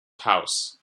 house